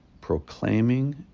proclaiming